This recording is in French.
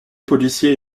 policiers